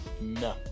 No